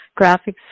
graphics